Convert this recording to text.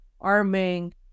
arming